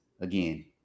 again